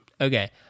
okay